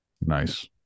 Nice